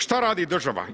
Šta radi država?